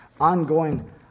ongoing